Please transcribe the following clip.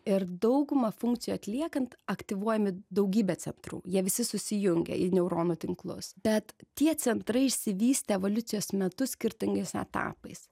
ir daugumą funkcijų atliekant aktyvuojami daugybė centrų jie visi susijungia į neuronų tinklus bet tie centrai išsivystė evoliucijos metu skirtingais etapais